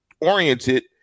oriented